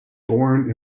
born